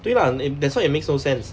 对 lah and that's why it makes no sense